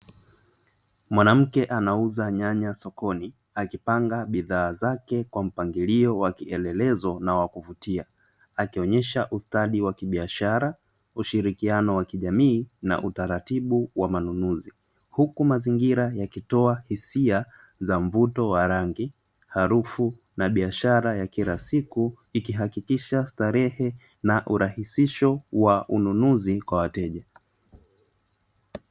Mwanamke anauza nyanya sokoni akipanga bidhaa zake kwa mpangilio wa kielelezo na wakuvutia akionesha ustadi wa kibiashara ushirikiano wa kijamii na utaratibu wa manunuzi huku mazingira yakitoa hisia za mvuto wa rangi harufu na biashara ya kila siku ikihakikisha starehe na urahisisho wa ununuzi kwa wateja.